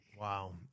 Wow